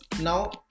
now